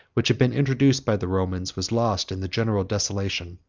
which had been introduced by the romans, was lost in the general desolation.